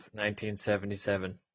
1977